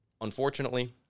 unfortunately